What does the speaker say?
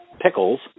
pickles